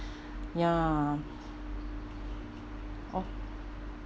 ya oh